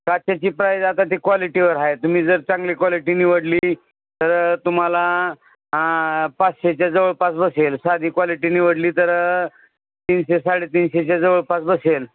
काचाची price आता ती क्वालिटीवर हाय तुम्ही जर चांगली क्वाॉलिटी निवडली तर तुम्हाला पाचशेच्या जवळपास बसेल साधी क्वालिटी निवडली तर तीनशे साडेतीनशेच्या जवळपास बसेल